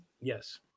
yes